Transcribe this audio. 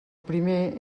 primer